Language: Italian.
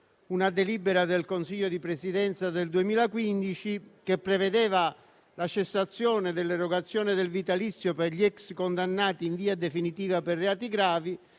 la delibera del Consiglio di Presidenza del Senato n. 57 del 2015, che prevedeva la cessazione dell'erogazione del vitalizio per gli ex Senatori condannati in via definitiva per reati gravi,